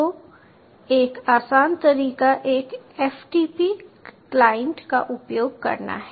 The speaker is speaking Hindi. तो एक आसान तरीका एक ftp क्लाइंट का उपयोग करना है